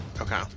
okay